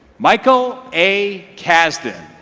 michael a. casbin